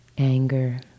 Anger